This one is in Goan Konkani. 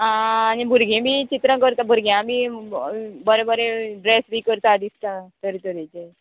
आं आनी भुरगीं बी चित्रां करता भुरग्यां बी बरें बरें ड्रेस बी करता दिसता तरेतरेचे